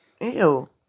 Ew